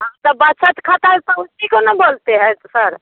हाँ तो बचत खाता है तो उसी को ना बोलते हैं सर